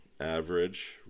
average